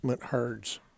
herds